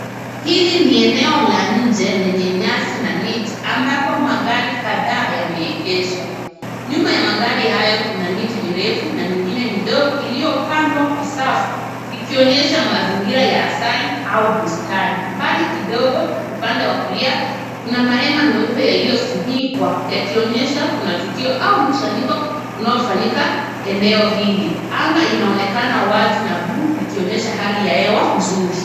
Hili ni eneo la nje lenye nyasi na miti ambapo magari kadhaa yameegeshwa. Nyuma ya magari hayo kuna miti mirefu na mingine midogo iliyopandwa kwa safu ikionyesha mazingira ya asili au bustani. Mbali kidogo upande wa kulia kuna mahema meupe iliyosimikwa yakionyesha kuna tukio au mkusanyiko unaofanyika eneo hili. Anga inaonekana wazi na bluu likionyesha hali ya hewa nzuri.